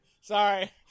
Sorry